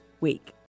week